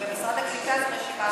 ובמשרד הקליטה זו רשימה,